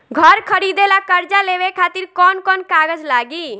घर खरीदे ला कर्जा लेवे खातिर कौन कौन कागज लागी?